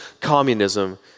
communism